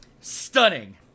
stunning